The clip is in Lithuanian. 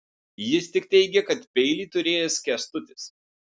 jis tik teigė kad peilį turėjęs kęstutis